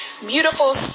beautiful